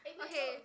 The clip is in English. okay